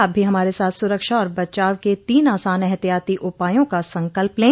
आप भी हमारे साथ सुरक्षा और बचाव के तीन आसान एहतियाती उपायों का संकल्प लें